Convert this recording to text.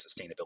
sustainability